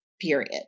period